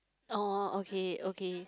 oh oh okay okay